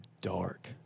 dark